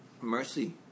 mercy